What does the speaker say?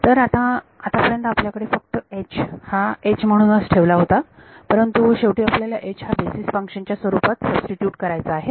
तर आता आतापर्यंत आपल्याकडे फक्त हा म्हणूनच ठेवला होता परंतु शेवटी आपल्याला हा बेसीस फंक्शन च्या स्वरूपात सबस्टिट्यूट करायचा आहे